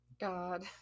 God